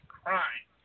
crime